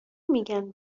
میگن